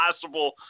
possible